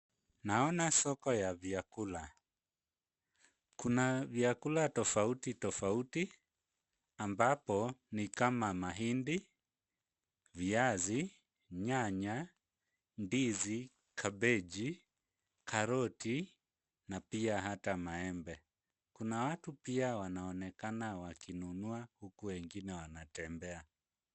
Naona soko ya vyakula. Kuna vyakula tofauti tofauti ambapo ni kama mahindi, viazi, nyanya, ndizi, kabeji, karoti na pia hata maembe. Kuna watu pia wanaonekana wakinunua huku wengine wanatembea.